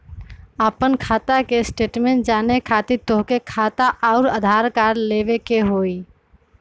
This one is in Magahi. आपन खाता के स्टेटमेंट जाने खातिर तोहके खाता अऊर आधार कार्ड लबे के होइ?